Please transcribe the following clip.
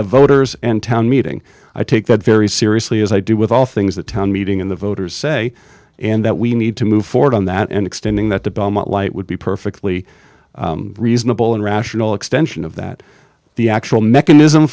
the voters and town meeting i take that very seriously as i do with all things the town meeting in the voters say and that we need to move forward on that and extending that to belmont light would be perfectly reasonable and rational extension of that the actual mechanism